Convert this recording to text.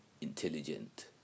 intelligent